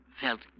felt